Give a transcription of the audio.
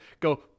go